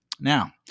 Now